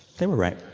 they were right?